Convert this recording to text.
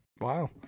Wow